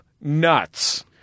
nuts